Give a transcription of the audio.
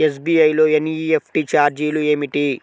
SBI లో NEFT ఛార్జీలు ఏమిటి?